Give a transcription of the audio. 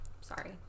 Sorry